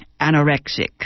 anorexic